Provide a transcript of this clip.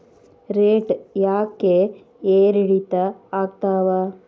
Rate ಯಾಕೆ ಏರಿಳಿತ ಆಗ್ತಾವ?